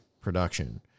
production